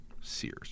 Sears